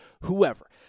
whoever